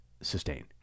sustain